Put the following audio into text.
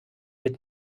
mit